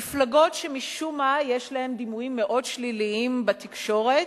מפלגות שמשום מה יש להן דימויים מאוד שליליים בתקשורת,